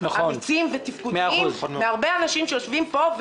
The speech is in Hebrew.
אמיצים ותפקודיים מהרבה אנשים שיושבים פה,